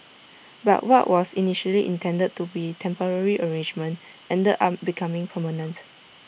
but what was initially intended to be temporary arrangement ended up becoming permanent